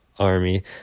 Army